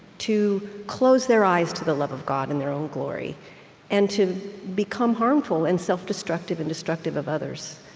to close their eyes to the love of god and their own glory and to become harmful and self-destructive and destructive of others.